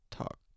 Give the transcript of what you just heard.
talk